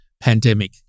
pandemic